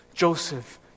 Joseph